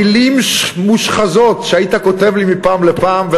מילים מושחזות שהיית כותב לי מפעם לפעם.